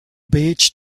beach